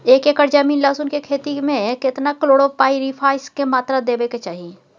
एक एकर जमीन लहसुन के खेती मे केतना कलोरोपाईरिफास के मात्रा देबै के चाही?